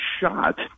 shot